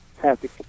happy